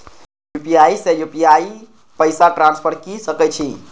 UPI से UPI पैसा transfer की सके छी?